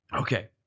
Okay